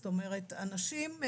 זאת אומרת אנשים,